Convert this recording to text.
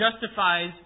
justifies